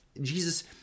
Jesus